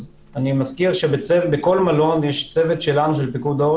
אני מזכיר שבכל מלון יש צוות של פיקוד העורף